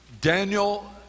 Daniel